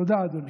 תודה, אדוני.